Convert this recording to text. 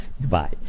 Goodbye